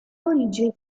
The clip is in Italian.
origini